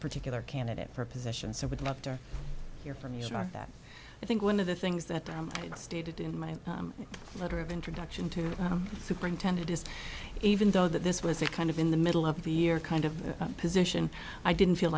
particular candidate for a position so i would love to hear from you that i think one of the things that i've stated in my letter of introduction to superintend it is even though that this was a kind of in the middle of the year kind of position i didn't feel